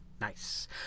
Nice